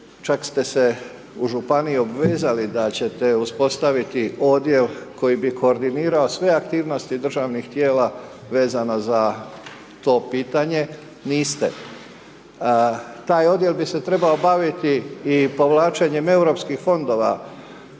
čak ste se u županiji obvezali da ćete uspostaviti odjel koji bi koordinirao sve aktivnosti državnih tijela vezana za to pitanje, niste. Taj odjel bi se trebao baviti i povlačenjem europskih fondova,